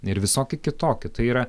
ir visokie kitokie tai yra